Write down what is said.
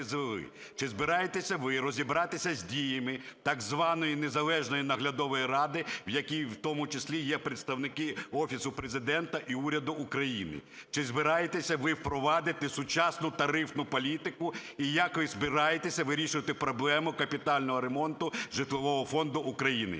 Чи збираєтеся ви розібратися з діями так званої незалежної наглядової ради, в якій в тому числі є представники Офісу Президента і уряду України? Чи збираєтеся ви впровадити сучасну тарифну політику і як ви збираєтеся вирішувати проблему капітального ремонту житлового фонду України?